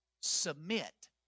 submit